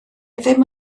ddim